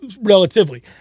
relatively